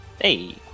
Hey